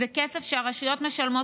זה כסף שהרשויות משלמות,